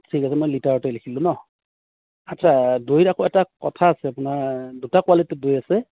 ঠিক আছে মই লিটাৰতেই লিখিলোঁ ন আচ্ছা দৈত আকৌ এটা কথা আছে আপোনাৰ দুটা কোৱালিটিৰ দৈ আছে